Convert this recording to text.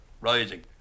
Rising